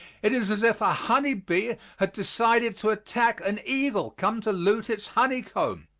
it is as if a honey bee had decided to attack an eagle come to loot its honeycomb.